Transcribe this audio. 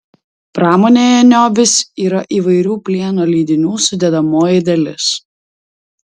pramonėje niobis yra įvairių plieno lydinių sudedamoji dalis